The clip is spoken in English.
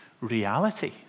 reality